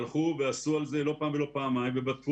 הלכו ועשו על זה לא פעם ולא פעמיים ובדקו